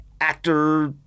actor